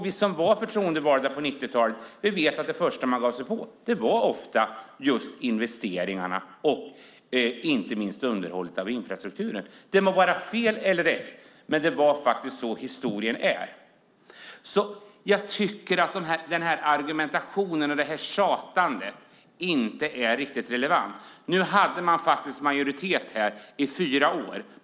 Vi som var förtroendevalda på 1990-talet vet att det första man gav sig på ofta var just investeringarna i och inte minst underhållet av infrastrukturen. Det må vara fel eller rätt, men det är sådan historien är. Jag tycker att den här argumentationen och det här tjatandet inte är riktigt relevant. Nu hade man faktiskt majoritet här i fyra år.